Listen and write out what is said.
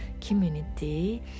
community